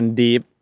deep